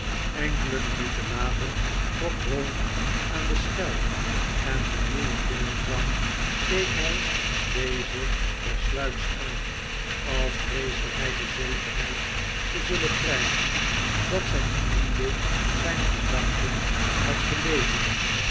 enkele minuten later trok ralph aan de schel en toen newman binnenkwam keek hij dezen tersluiks aan als vreesde hij de zekerheid te zullen krijgen dat zijn bediende zijn gedachten had gelezen